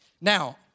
now